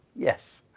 yes.